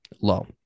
Low